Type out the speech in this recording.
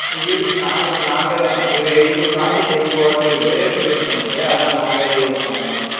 இது நாங்க நாங்களே தான் இது எங்கள் புராஜெக்ட் இது எங்கள் ஒர்க் இது ரிசர்ச் பண்ணுறது அதனால் நாங்களே தான் ஏற்று பண்றமாதிரி இருக்கும்